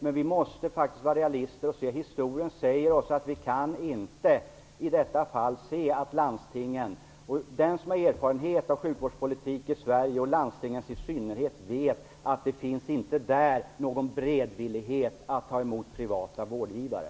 Men vi måste faktiskt vara realister och se att historien säger oss att vi inte i detta fall kan se någon beredvillighet hos landstingen att ta emot privata vårdgivare. Den som har erfarenhet av sjukvårdspolitik i Sverige, i synnerhet landstingens, vet att det inte finns någon beredvillighet att ta emot privata vårdgivare.